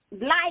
Light